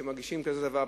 וכשמגישים כזה דבר,